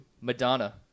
Madonna